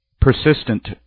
Persistent